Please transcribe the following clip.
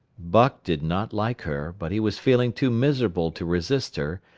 buck did not like her, but he was feeling too miserable to resist her,